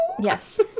Yes